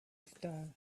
star